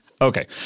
Okay